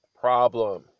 problem